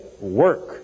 work